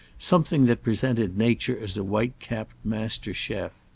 something that presented nature as a white-capped master-chef.